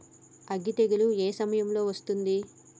అగ్గి తెగులు ఏ సమయం లో వస్తుంది?